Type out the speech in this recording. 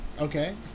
Okay